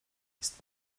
ist